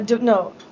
No